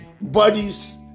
Bodies